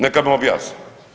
Neka mi objasni.